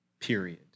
period